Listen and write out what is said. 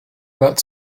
about